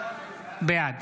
בעד